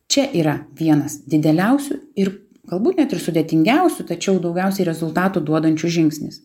čia yra vienas dideliausių ir galbūt net ir sudėtingiausių tačiau daugiausiai rezultatų duodančių žingsnis